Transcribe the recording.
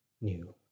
new